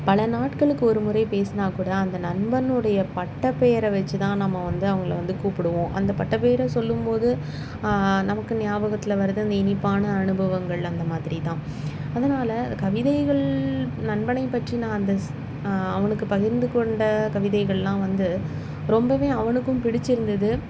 பல நாட்களுக்கு ஒரு முறை பேசுனால் கூட அந்த நண்பனுடைய பட்டை பேரை வச்சு தான் நம்ம வந்து அவங்கள வந்து கூப்பிடுவோம் அந்த பட்டை பேரை சொல்லும் போது நமக்கு ஞாபகத்தில் வர்றது அந்த இனிப்பான அனுபவங்கள் அந்த மாதிரி தான் அதனால் கவிதைகள் நண்பனை பற்றிய அந்த அவனுக்கும் பகிர்ந்துக்கொண்ட கவிதைகளெலாம் வந்து ரொம்பவே அவனுக்கும் பிடிச்சிருந்தது